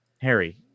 Harry